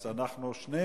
אז אנחנו שנינו.